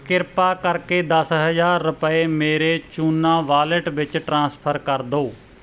ਕਿਰਪਾ ਕਰਕੇ ਦਸ ਹਜ਼ਾਰ ਰੁਪਏ ਮੇਰੇ ਚੂਨਾ ਵਾਲੇਟ ਵਿੱਚ ਟ੍ਰਾਂਸਫਰ ਕਰ ਦਿਓ